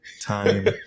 time